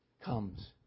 comes